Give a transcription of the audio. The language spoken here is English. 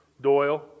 Doyle